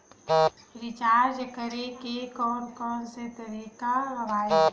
Recharge करे के कोन कोन से तरीका हवय?